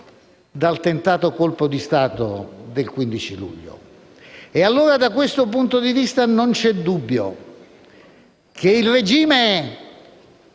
dal tentato colpo di Stato del 15 luglio. E da allora da questo punto di vista non c'è dubbio che il regime,